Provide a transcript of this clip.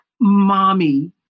mommy